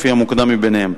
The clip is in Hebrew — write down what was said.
לפי המוקדם מביניהם.